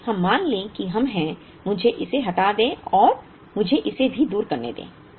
आइए हम मान लें कि हम हैं मुझे इसे हटा दें और मुझे भी इसे दूर करने दें